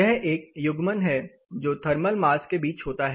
यह एक युग्मन है जो थर्मल मास के बीच होता है